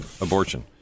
abortion